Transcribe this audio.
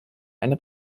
eine